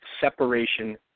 separation